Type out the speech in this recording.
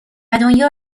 دنیا